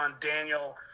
Daniel